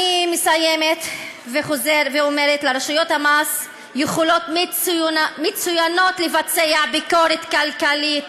אני מסיימת ואומרת: לרשויות המס יכולת מצוינת לבצע ביקורת כלכלית,